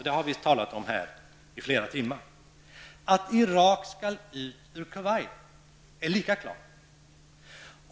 Det har vi talat om här i flera timmar. Att Irak skall ut ur Kuwait, är lika klart.